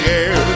air